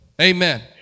Amen